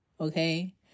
okay